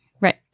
Right